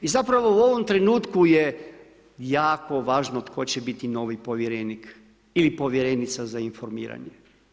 I zapravo u ovom trenutku je jako važno tko će biti novi povjerenik ili povjerenica za informiranje.